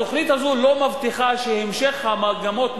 התוכנית הזו לא מבטיחה שהמשך המגמות,